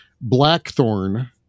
Blackthorn